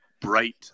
bright